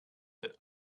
that